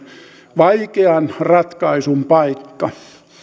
vaikean ratkaisun paikka